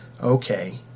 okay